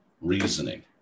reasoning